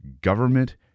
government